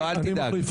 נגד.